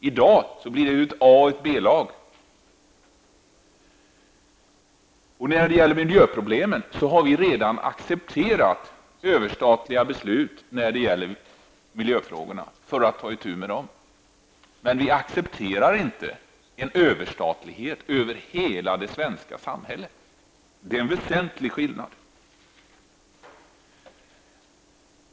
I dag blir det att A och ett B-lag. Vi har redan accepterat överstatliga beslut när det gäller miljöfrågorna för att man skall kunna ta itu med dessa. Men vi accepterar inte överstatlighet över hela det svenska samhället! Häri ligger en väsentlig skillnad.